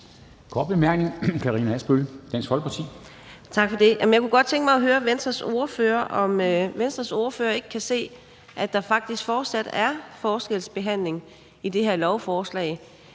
Kl. 11:25 Karina Adsbøl (DF): Tak for det. Jeg kunne godt tænke mig at høre Venstres ordfører, om Venstres ordfører ikke kan se, at der faktisk fortsat er forskelsbehandling i det her lovforslag.